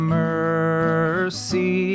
mercy